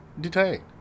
detained